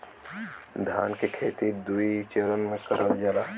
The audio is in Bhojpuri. धान के खेती दुई चरन मे करल जाला